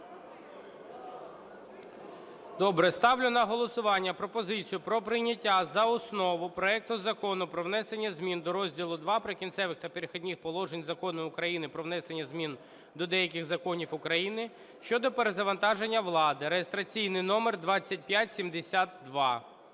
Добре. Ставлю на голосування пропозицію про прийняття за основу проекту Закону про внесення змін до Розділу II "Прикінцевих та Перехідних положень" Закону України "Про внесення змін до деяких законів України щодо перезавантаження влади" (реєстраційний номер 2572).